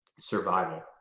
survival